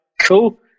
cool